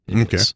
Okay